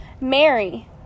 Mary